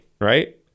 right